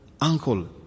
Uncle